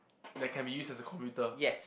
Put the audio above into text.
that can be used as a computer